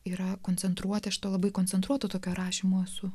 yra koncentruoti iš to labai koncentruotų tokio rašymo su